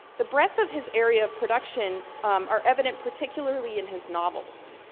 the breadth of his area of production are evident particularly in his novels.